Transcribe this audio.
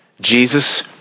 Jesus